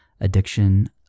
Addiction